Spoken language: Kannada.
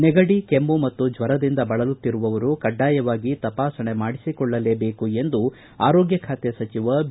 ನೆಗಡಿ ಕೆಮ್ಮ ಮತ್ತು ಜ್ವರದಿಂದ ಬಳಲುತ್ತಿರುವವರು ಕಡ್ಡಾಯವಾಗಿ ತಪಾಸಣೆ ಮಾಡಿಸಿಕೊಳ್ಳಲೇಬೇಕು ಎಂದು ಆರೋಗ್ಯ ಖಾತೆ ಸಚಿವ ಬಿ